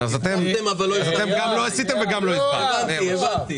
הבטחתם, אבל לא הבטחתם